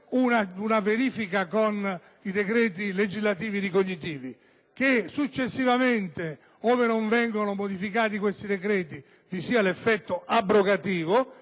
una verifica con i decreti legislativi ricognitivi; che successivamente, ove non vengano modificati, vi sia l'effetto abrogativo